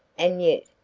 and yet,